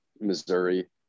Missouri